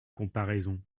comparaison